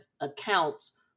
accounts